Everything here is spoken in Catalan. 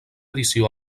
edició